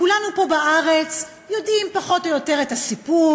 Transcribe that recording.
כולנו פה בארץ יודעים פחות או יותר את הסיפור,